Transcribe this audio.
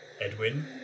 Edwin